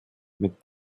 mit